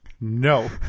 No